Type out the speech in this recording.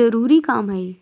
जरूरी काम हय